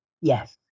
Yes